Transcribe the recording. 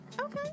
Okay